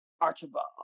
archibald